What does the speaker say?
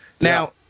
Now